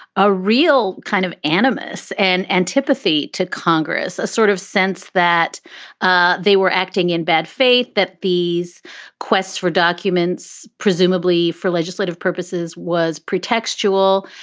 a real kind of animus and antipathy to congress, a sort of sense that ah they were acting in bad faith, that these quests for documents, presumably for legislative purposes, was pretextual?